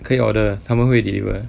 可以 order 他们会 deliver